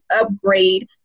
upgrade